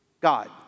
God